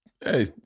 Hey